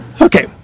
Okay